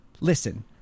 listen